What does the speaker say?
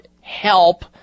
help